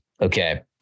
Okay